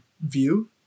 view